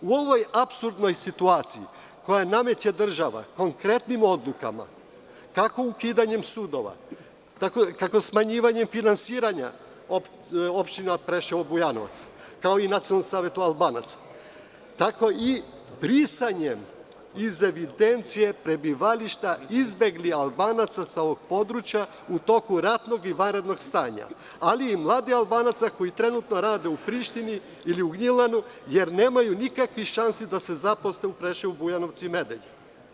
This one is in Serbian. U ovoj apsurdnoj situaciji, koju nameće država konkretnim odlukama, kako ukidanjem sudova, kako smanjivanjem finansiranja opština Preševo i Bujanovac, kao i Nacionalnom savetu Albanaca, tako i brisanjem iz evidencije prebivališta izbeglih Albanaca sa ovog područja u toku ratnog i vanrednog stanja, ali i mladih Albanaca koji rade u Prištini ili u Gnjilanu, jer nemaju nikakvih šansi da se zaposle u Preševu, Bujanovcu i Medveđi.